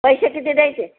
पैसे किती द्यायचे